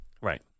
right